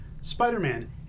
Spider-Man